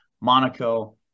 Monaco